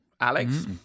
Alex